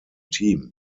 team